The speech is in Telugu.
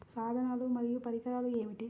సాధనాలు మరియు పరికరాలు ఏమిటీ?